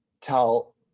tell